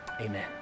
Amen